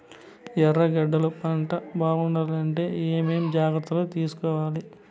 ఎర్రగడ్డలు పంట బాగుండాలంటే ఏమేమి జాగ్రత్తలు తీసుకొవాలి?